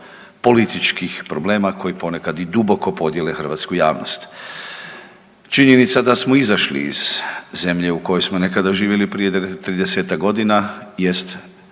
političkih problema koji ponekad i duboko podijele hrvatsku javnost. Činjenica da smo izašli iz zemlje u kojoj smo nekada živjeli prije 30-tak godina jest